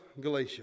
Galatia